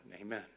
Amen